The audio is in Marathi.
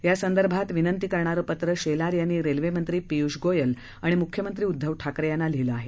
यासंदर्भात विनंती करणारं पत्र शेलार यांनी रेल्वेमंत्री पियूष गोयल आणि मुख्यमंत्री उदधव ठाकरे यांना लिहिलं आहे